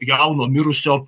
jauno mirusio